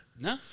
No